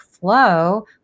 flow